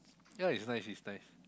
ya it's nice it's nice